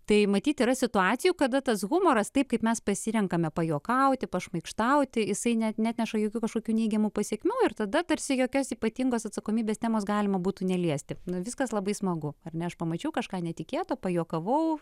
tai matyt yra situacijų kada tas humoras taip kaip mes pasirenkame pajuokauti pašmaikštauti jisai net neatneša jokių kažkokių neigiamų pasekmių ir tada tarsi jokios ypatingos atsakomybės temos galima būtų neliesti viskas labai smagu ar ne aš pamačiau kažką netikėto pajuokavau